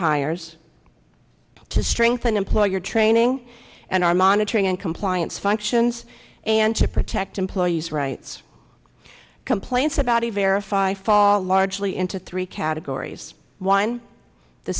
hires to strengthen employer training and our monitoring and compliance functions and to protect employees rights complaints about a verify fall largely into three categories whine the